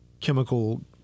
chemical